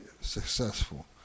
successful